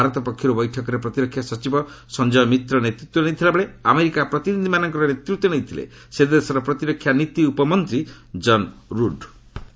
ଭାରତ ପକ୍ଷରୁ ବୈଠକରେ ପ୍ରତିରକ୍ଷା ସଚିବ ସଞ୍ଜୟ ମିତ୍ର ନେତୃତ୍ୱ ନେଇଥିଲାବେଳେ ଆମେରିକା ପ୍ରତିନିଧିମାନଙ୍କ ନେତୃତ୍ୱ ନେଇଥିଲେ ସେ ଦେଶର ପ୍ରତିରକ୍ଷା ନୀତି ଉପମନ୍ତ୍ରୀ ଜନ୍ ରୁଡ୍